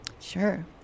Sure